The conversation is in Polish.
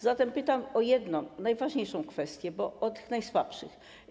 Zatem pytam o jedną, najważniejszą kwestię, bo o najsłabszych.